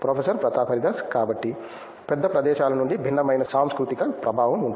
professor Pratap Haridas కాబట్టి పెద్ద ప్రదేశాల నుండి భిన్నమైన సాంస్కృతిక ప్రభావం ఉంటుంది